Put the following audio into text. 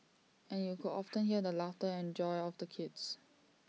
and you could often hear the laughter and joy of the kids